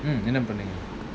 mm என்னபண்னீங்க:enna pannenga